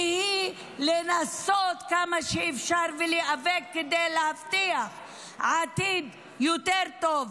שהיא לנסות כמה שאפשר ולהיאבק כדי להבטיח עתיד יותר טוב,